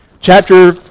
chapter